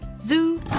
Zoo